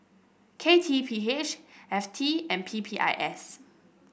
K T P H F T and P P I S